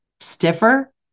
stiffer